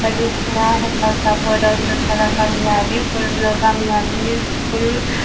बायदिसिना हेफाजाब होदों सोरखारा गामियारिफोरनो गामियारिनि स्कुल